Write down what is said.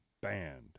banned